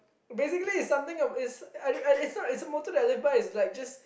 basically it's something about it's I I don't it's a motto that I live by it's like just